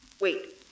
Wait